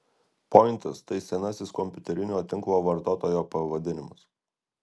pointas tai senasis kompiuterinio tinklo vartotojo pavadinimas